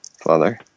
father